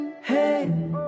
Hey